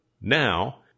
Now